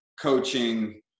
coaching